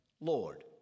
Lord